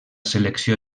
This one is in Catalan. selecció